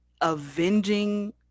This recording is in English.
avenging